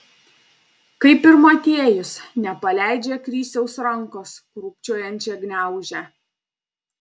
kaip ir motiejus nepaleidžia krisiaus rankos krūpčiojančią gniaužia